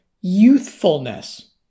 youthfulness